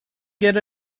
get